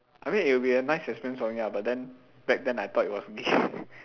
I mean it will be a nice experience for me lah but then back then I thought it was gay